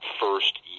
first